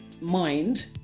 mind